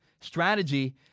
strategy